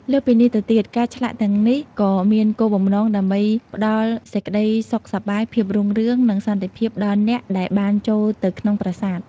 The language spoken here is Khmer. លើសពីនេះទៅទៀត ការឆ្លាក់ទាំងនេះក៏មានគោលបំណងដើម្បីផ្តល់សេចក្តីសុខសប្បាយ ភាពរុងរឿង និងសន្តិភាពដល់អ្នកដែលបានចូលទៅក្នុងប្រាសាទ។